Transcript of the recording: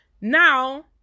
now